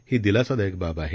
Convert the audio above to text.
हीदिलासादायकबाबआहे